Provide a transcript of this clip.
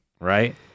Right